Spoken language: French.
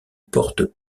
portent